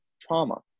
trauma